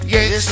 Yes